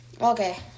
Okay